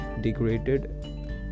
degraded